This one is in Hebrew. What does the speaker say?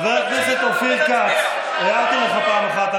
חבר הכנסת אופיר כץ, קראתי אותך לסדר פעם אחת.